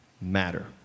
matter